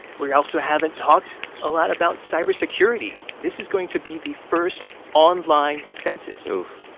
we also haven't talked a lot about cybersecurity. this is going to be the first online census oof